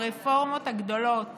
הרפורמות הגדולות